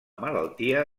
malaltia